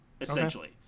Essentially